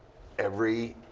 every